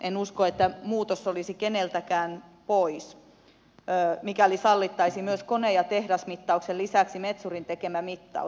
en usko että muutos olisi keneltäkään pois mikäli sallittaisiin kone ja tehdasmittauksen lisäksi myös metsurin tekemä mittaus